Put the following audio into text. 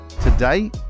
Today